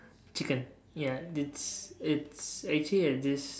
chicken ya it's it's actually a dish